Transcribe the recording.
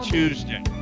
Tuesday